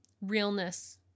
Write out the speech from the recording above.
realness